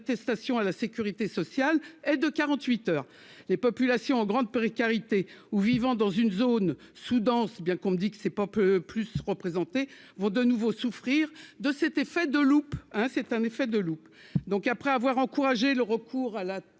attestation à la sécurité sociale et de 48 heures les populations en grande précarité ou vivant dans une zone sous-dense, bien qu'on me dit que c'est pas peu plus vont de nouveau souffrir de cet effet de loupe, hein, c'est un effet de loupe donc après avoir encouragé le recours à la